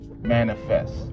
manifest